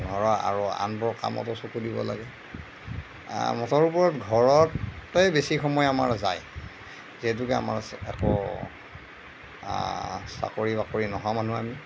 ঘৰৰ আৰু আনবোৰ কামতো চকু দিব লাগে মুঠৰ ওপৰত ঘৰতেই বেছি সময় আমাৰ যায় যিহেতুকে আমাৰ একো চাকৰি বাকৰি নোহোৱা মানুহ আমি